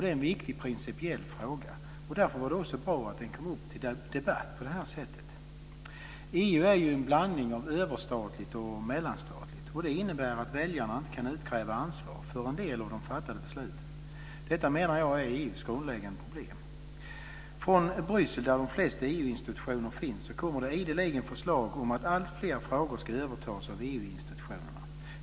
Det är en viktig principiell fråga. Därför är det bra att det kom upp till debatt på det här sättet. EU är ju en blandning av överstatligt och mellanstatligt. Det innebär att väljarna inte kan utkräva ansvar för en del av de fattade besluten. Detta menar jag är EU:s grundläggande problem. Från Bryssel, där de flesta EU-institutionerna finns, kommer det ideligen förslag om att alltfler frågor ska övertas av EU institutionerna.